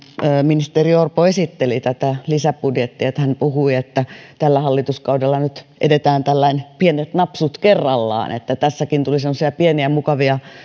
ministeri orpo esitteli lisäbudjettia siihen että hän puhui että tällä hallituskaudella nyt edetään pienet napsut kerrallaan että tässäkin tuli semmoisia pieniä mukavia